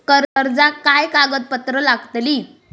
कर्जाक काय कागदपत्र लागतली?